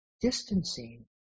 distancing